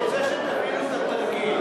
אני רוצה שתבינו את הפרטים.